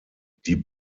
die